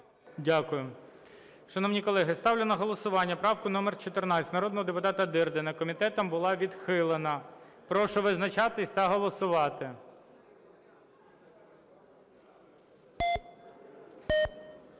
Дякую. Шановні колеги, ставлю на голосування правку номер 14 народного депутата Дирдіна. Комітетом була відхилена. Прошу визначатись та голосувати.